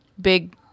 big